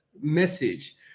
message